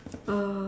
uh